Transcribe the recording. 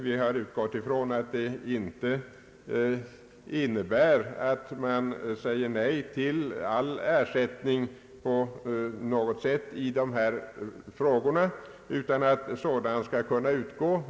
Vi har utgått ifrån att det inte innebär att man på något sätt säger nej till all ersättning i dessa fall, utan att sådan skall kunna utgå.